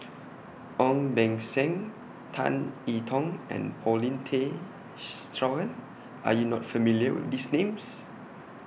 Ong Beng Seng Tan I Tong and Paulin Tay Straughan Are YOU not familiar with These Names